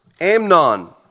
Amnon